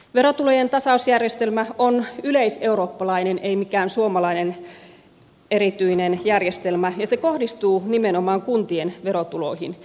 verotulojen tasausjärjestelmä on yleiseurooppalainen ei mikään suomalainen erityinen järjestelmä ja se kohdistuu nimenomaan kuntien verotuloihin